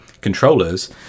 controllers